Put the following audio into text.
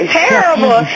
terrible